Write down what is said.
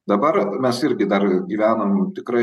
dabar mes irgi dar gyvenam tikrai